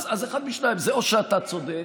אז אחד משניים: או שאתה צודק,